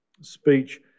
speech